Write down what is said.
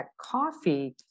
coffee